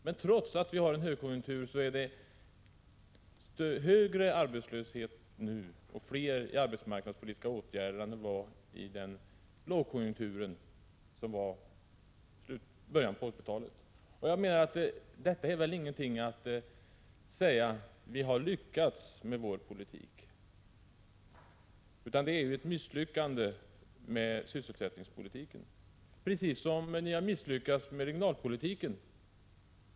Men trots att vi har en högkonjunktur är det nu högre arbetslöshet och fler i arbetsmarknadspolitiska åtgärder än under lågkonjunkturen i början av 1980-talet. Och ändå säger man: Vi har lyckats med vår politik! Det innebär ju ett misslyckande för sysselsättningspolitiken. Ni har misslyckats med sysselsättningspolitiken precis som med regionalpolitiken.